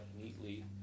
neatly